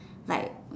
like